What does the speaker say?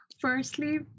firstly